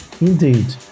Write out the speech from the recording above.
Indeed